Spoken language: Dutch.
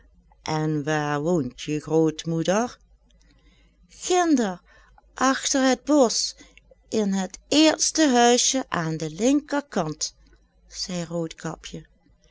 en waar woont je grootmoeder ginder achter het bosch in het eerste huisje aan de linkerhand zei roodkapje